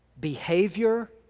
behavior